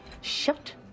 Shut